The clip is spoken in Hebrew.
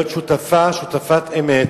להיות שותפת אמת,